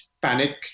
panic